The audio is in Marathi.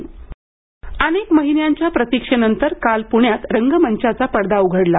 नाट्यगुह सुरू अनेक महिन्यांच्या प्रतीक्षेनंतर काल पुण्यात रंगमंचाचा पडदा उघडला